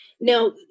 Now